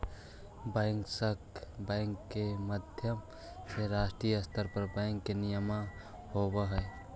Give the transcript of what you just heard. bankers bank के माध्यम से राष्ट्रीय स्तर पर बैंक के नियमन होवऽ हइ